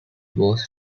was